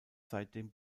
seitdem